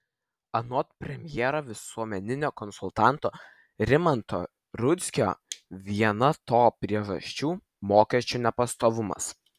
anot premjero visuomeninio konsultanto rimanto rudzkio viena to priežasčių mokesčių nepastovumas